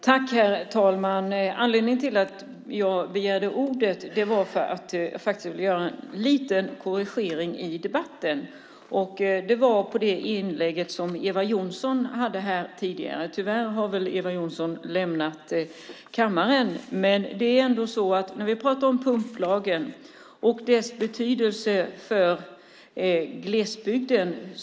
Herr talman! Anledningen till att jag begärde ordet är att jag vill göra en liten korrigering i debatten, nämligen i det inlägg som Eva Johnsson hade här tidigare. Tyvärr har hon väl lämnat kammaren. Vi talar om pumplagen och dess betydelse för glesbygden.